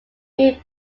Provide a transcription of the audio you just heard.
few